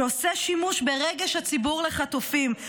שעושה שימוש ברגש הציבור לחטופים,